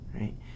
right